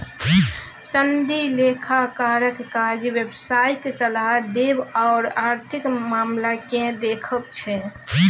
सनदी लेखाकारक काज व्यवसायिक सलाह देब आओर आर्थिक मामलाकेँ देखब छै